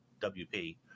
wp